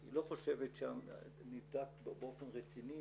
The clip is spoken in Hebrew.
שהיא לא חושבת שנבדק באופן רציני,